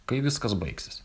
kai viskas baigsis